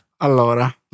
Allora